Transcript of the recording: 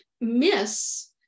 miss